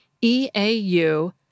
E-A-U